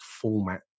format